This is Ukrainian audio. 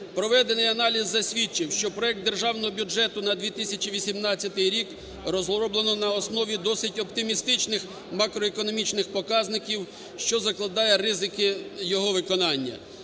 Проведений аналіз засвідчив, що проект Державного бюджету на 2018 рік розроблено на основі досить оптимістичних макроекономічних показників, що закладає ризики його виконання.